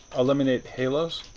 eliminate halos.